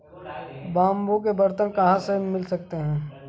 Bamboo के बर्तन कहाँ से मिल सकते हैं?